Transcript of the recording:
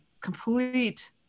complete